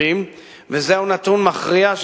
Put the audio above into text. לא מכירה ברשות הפלסטינית,